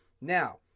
Now